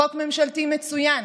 חוק ממשלתי מצוין.